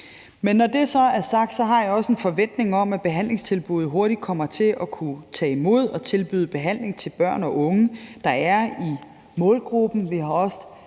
når det så er sagt, har jeg også en forventning om, at behandlingstilbuddet hurtigt kommer til at kunne tage imod og tilbyde behandling til børn og unge, der er i målgruppen.